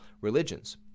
religions